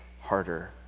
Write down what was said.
harder